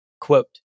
Quote